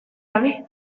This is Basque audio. gabe